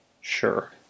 Sure